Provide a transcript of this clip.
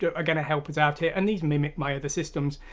yeah are going to help us out here, and these mimic my other systems.